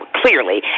clearly